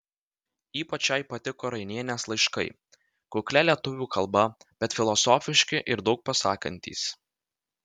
ypač jai patiko rainienės laiškai kuklia lietuvių kalba bet filosofiški ir daug pasakantys